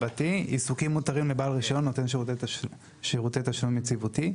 עיסוקים מותרים לבעל רישיון נותן שירותי תשלום יציבותי.